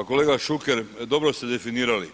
Pa kolega Šuker dobro ste definirali,